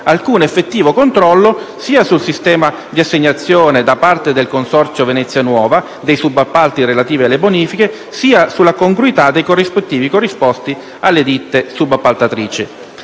alcun effettivo controllo sia sul sistema di assegnazione, da parte del consorzio Venezia nuova, dei subappalti relativi alle bonifiche, sia sulla congruità dei corrispettivi corrisposti alle ditte subappaltatrici.